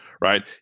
right